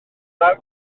nesaf